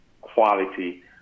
quality